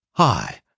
Hi